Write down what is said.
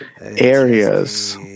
areas